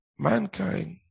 Mankind